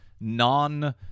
non